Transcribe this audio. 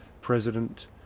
president